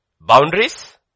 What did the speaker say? Boundaries